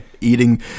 Eating